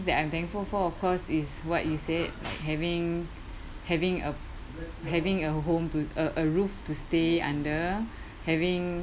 that I'm thankful for of course is what you said like having having a having a home to a a roof to stay under having